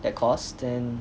that course then